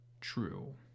True